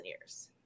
years